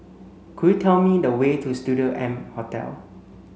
could you tell me the way to Studio M Hotel